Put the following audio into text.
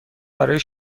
برای